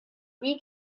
free